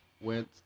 went